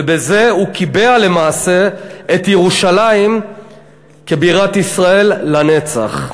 ובזה הוא קיבע למעשה את ירושלים כבירת ישראל לנצח.